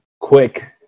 quick